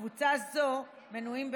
בקבוצה הזו מנויים,